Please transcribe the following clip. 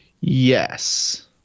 Yes